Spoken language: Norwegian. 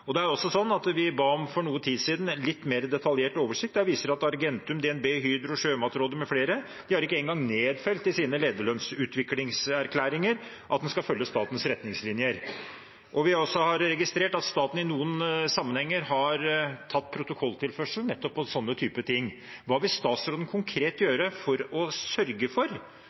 Vi ba for noe tid siden om en litt mer detaljert oversikt. Den viser at Argentum, DNB, Hydro, Sjømatrådet mfl. ikke engang har nedfelt i sine lederlønnsutviklingserklæringer at en skal følge statens retningslinjer. Vi har også registrert at staten i noen sammenhenger har hatt en protokolltilførsel om nettopp slike ting. Hva vil statsråden konkret gjøre for å sørge for